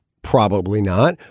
probably not.